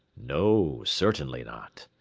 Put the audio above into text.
no, certainly not,